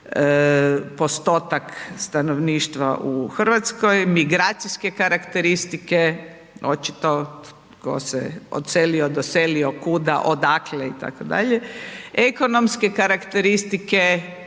postotak stanovništva u RH, migracijske karakteristike, očito tko se odselio, doselio, kuda, odakle itd., ekonomske karakteristike,